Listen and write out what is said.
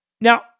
Now